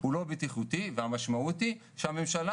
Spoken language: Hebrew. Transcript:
הוא לא בטיחותי והמשמעות היא שהממשלה